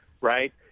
right